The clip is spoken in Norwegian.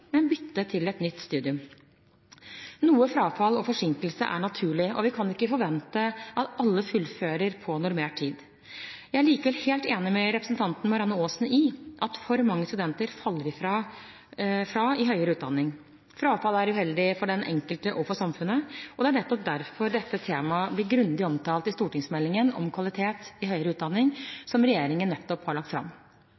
men bytte til et nytt studium. Noe frafall og forsinkelse er naturlig, og vi kan ikke forvente at alle fullfører på normert tid. Jeg er likevel helt enig med representanten Marianne Aasen i at for mange studenter faller fra i høyere utdanning. Frafall er uheldig for den enkelte og for samfunnet, og det er nettopp derfor dette temaet blir grundig omtalt i stortingsmeldingen om kvalitet i høyere utdanning